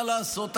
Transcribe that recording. מה לעשות?